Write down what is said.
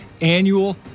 annual